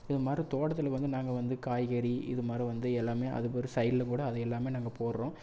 இது மாதிரி தோட்டத்தில் வந்து நாங்கள் வந்து காய்கறி இது மாதிரி வந்து எல்லாமே அதுக்கு ஒரு சைடில் கூட அதை எல்லாமே நாங்கள் போடுறோம்